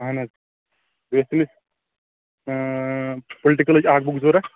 اَہن حظ بیٚیہِ اوس تٔمِس پُلٹِکلٕچ اکھ بُک ضروٗرت